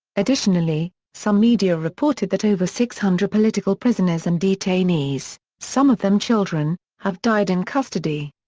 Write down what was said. additionally, some media reported that over six hundred political prisoners and detainees, some of them children, have died in custody.